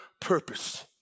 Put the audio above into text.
purpose